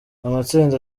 amatsinda